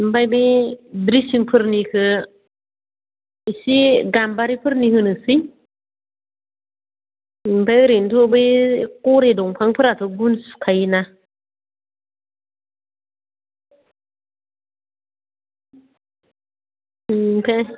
ओमफाय बे ड्रिसिंफोरनिखो एसे गाम्बारिफोरनि होनोसै ओमफाय ओरैनोथ' बै गरे दंफांफोराथ' गुन सुखायोना ओमफाय